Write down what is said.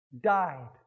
died